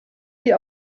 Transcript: sie